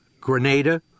Grenada